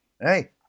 hey